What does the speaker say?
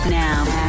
now